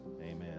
Amen